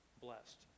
blessed